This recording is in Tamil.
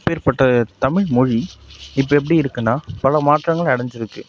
அப்பேர்ப்பட்ட தமிழ் மொழி இப்போ எப்படி இருக்குதுன்னா பல மாற்றங்கள் அடைஞ்சிருக்கு